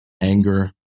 anger